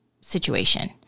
situation